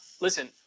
listen